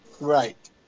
Right